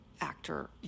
actor